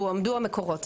הועמדו המקורות,